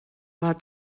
war